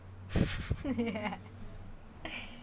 ya